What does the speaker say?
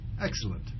Excellent